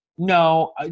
No